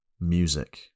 music